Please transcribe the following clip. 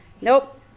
Nope